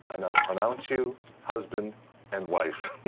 i now pronounce you husband and wife.